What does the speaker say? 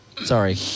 Sorry